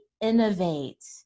Innovate